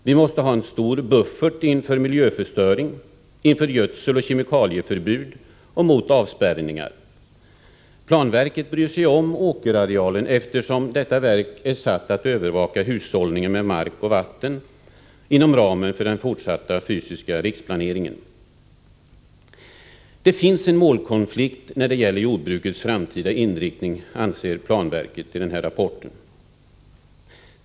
Vi måste ha en stor buffert mot miljöförstöring, mot gödseloch kemikalieförbud och mot avspärrningar. Planverket bryr sig om åkerarealen, eftersom detta verk är satt att övervaka hushållningen med mark och vatten inom ramen för den fortsatta fysiska riksplaneringen. Det finns en målkonflikt när det gäller jordbrukets framtida inriktning, anser planverket i rapporten.